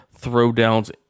throwdowns